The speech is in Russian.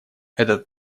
этот